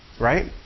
right